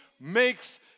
makes